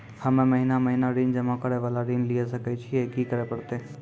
हम्मे महीना महीना ऋण जमा करे वाला ऋण लिये सकय छियै, की करे परतै?